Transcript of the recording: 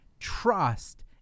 trust